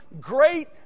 great